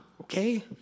okay